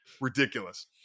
ridiculous